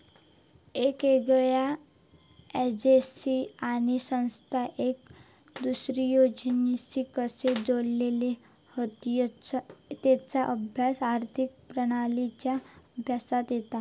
येगयेगळ्या एजेंसी आणि संस्था एक दुसर्याशी कशे जोडलेले हत तेचा अभ्यास आर्थिक प्रणालींच्या अभ्यासात येता